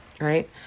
Right